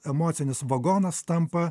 emocinis vagonas tampa